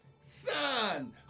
Son